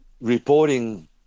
reporting